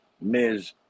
Miz